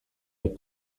had